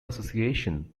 association